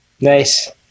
Nice